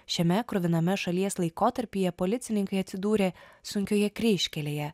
šiame kruviname šalies laikotarpyje policininkai atsidūrė sunkioje kryžkelėje